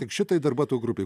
tik šitai darbuotojų grupei